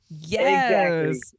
Yes